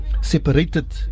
separated